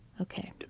Okay